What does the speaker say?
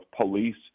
police